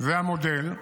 זה המודל,